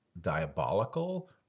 diabolical